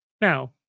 Now